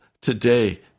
today